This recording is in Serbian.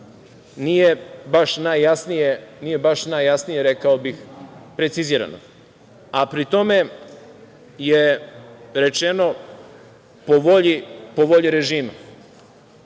Nije baš najjasnije, rekao bih, precizirano, a pri tome je rečeno – po volji režima.E